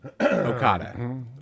Okada